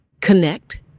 connect